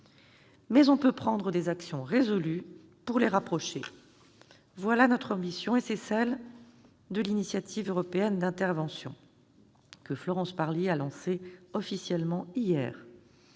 revanche prendre des actions résolues pour les rapprocher. Telle est notre ambition, et c'est celle de l'initiative européenne d'intervention, que Florence Parly a lancée officiellement hier.